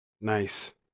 nice